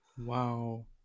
Wow